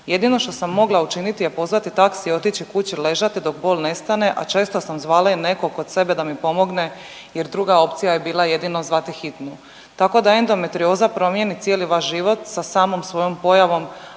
Jedino što sam mogla učiniti je pozvati taxi i otići kući ležati dok bol nestane, a često sam zvala i nekog kod sebe da mi pomogne jer druga opcija je bila jedino zvati hitnu. Tako da endometrioza promijeni cijeli vaš život sa samom svojom pojavom,